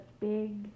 big